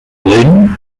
lent